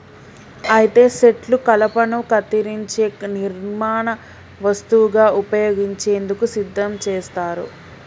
అయితే సెట్లు కలపను కత్తిరించే నిర్మాణ వస్తువుగా ఉపయోగించేందుకు సిద్ధం చేస్తారు